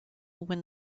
when